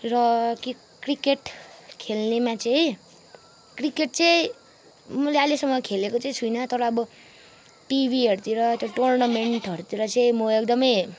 र कि क्रिकेट खेल्नेमा चाहिँ क्रिकेट चाहिँ मैले अहिलेसम्म खेलेको चाहिँ छुइनँ तर अब टिभीहरूतिर टुर्नामेन्टहरूतिर चाहिँ म एकदमै